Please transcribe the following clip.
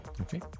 Okay